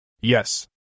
Yes